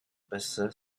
passa